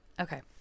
Okay